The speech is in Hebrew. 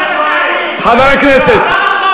רגע, רגע, רגע.